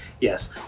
Yes